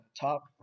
Top